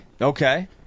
Okay